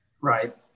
Right